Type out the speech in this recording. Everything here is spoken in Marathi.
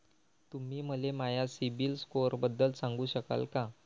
तुम्ही मले माया सीबील स्कोअरबद्दल सांगू शकाल का?